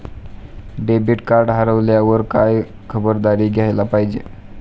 Debit card हरवल्यावर काय खबरदारी घ्यायला पाहिजे?